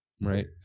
Right